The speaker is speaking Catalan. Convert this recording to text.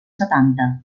setanta